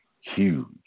huge